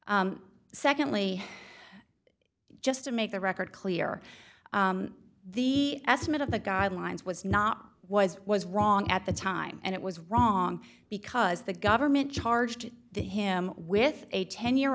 secondly just to make the record clear the estimate of the guidelines was not was was wrong at the time and it was wrong because the government charged him with a ten year